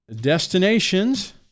Destinations